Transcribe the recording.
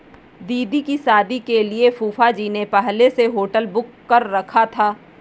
दीदी की शादी के लिए फूफाजी ने पहले से होटल बुक कर रखा है